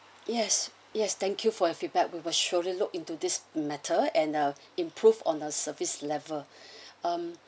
yes yes thank you for your feedback we will surely look into this matter and ah improved on our service level um